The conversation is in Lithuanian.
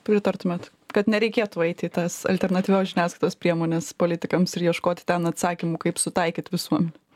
pritartumėt kad nereikėtų eiti į tas alternatyvios žiniasklaidos priemones politikams ir ieškoti ten atsakymų kaip sutaikyt visuomenę